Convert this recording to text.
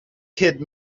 kid